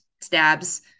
stabs